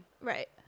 Right